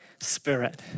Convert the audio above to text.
spirit